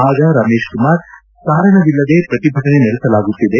ಆಗ ರಮೇಶ್ ಕುಮಾರ್ ಕಾರಣವಿಲ್ಲದೆ ಪ್ರತಿಭಟನೆ ನಡೆಸಲಾಗುತ್ತಿದೆ